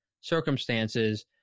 circumstances